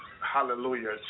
hallelujah